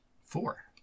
Four